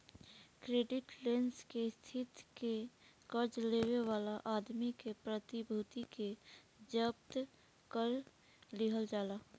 credit less के स्थिति में कर्जा लेवे वाला आदमी के प्रतिभूति के जब्त कर लिहल जाला